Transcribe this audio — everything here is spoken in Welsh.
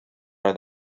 oedd